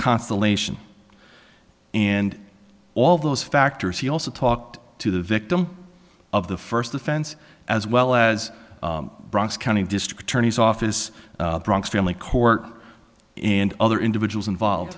constellation and all those factors he also talked to the victims of the first offense as well as bronx county district attorney's office bronx family court and other individuals involved